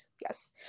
Yes